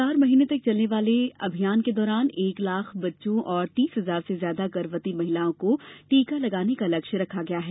चार महीने तक चलने वाले अभियान के दौरान एक लाख बच्चों और तीस हजार से ज्यादा गर्भवती महिलाओं को टीका लगाने का लक्ष्य रखा गया है